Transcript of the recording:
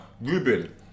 Ruben